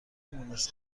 مونس